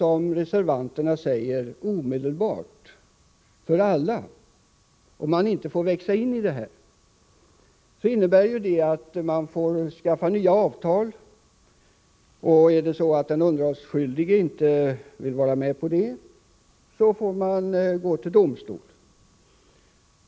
Om systemet införs omedelbart för alla — och man inte får växa in i det — innebär det, som vi reservanter säger, att nya avtal måste skrivas. Och om den underhållsskyldige inte vill vara med på det, får man gå till domstol.